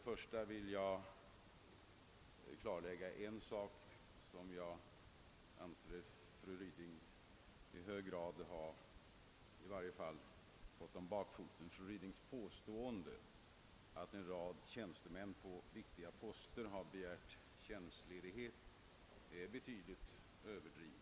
Först vill jag påpeka att fru Rydings påstående att en rad tjänstemän på viktiga poster har begärt tjänstledighet är betydligt överdrivet.